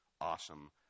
awesome